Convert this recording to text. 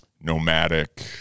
nomadic